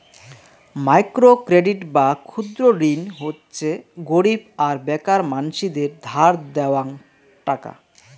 micro credit বা ক্ষুদ্র ঋণ হচ্যে গরীব আর বেকার মানসিদের ধার দেওয়াং টাকা